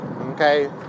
okay